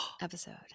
episode